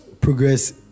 progress